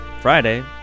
Friday